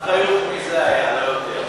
רק, אני שואל באחריות מי זה היה, לא יותר.